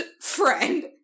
friend